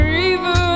river